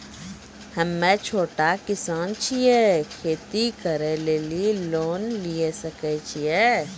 हम्मे छोटा किसान छियै, खेती करे लेली लोन लिये सकय छियै?